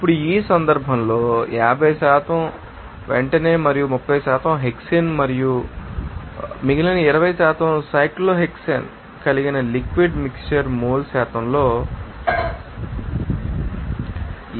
ఇప్పుడు ఈ సందర్భంలో 50 పెంటనే మరియు 30 హెక్సేన్ మరియు మిగిలిన 20 సైక్లోహెక్సేన్ కలిగిన లిక్విడ్ మిక్శ్చర్ మోల్ శాతంలోx1 0